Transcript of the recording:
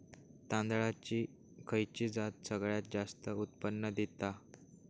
तांदळाची खयची जात सगळयात जास्त उत्पन्न दिता?